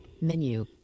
Menu